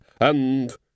and